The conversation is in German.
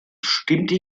stimmte